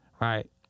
right